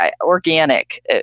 organic